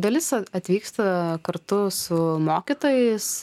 dalis atvyksta kartu su mokytojais